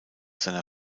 seiner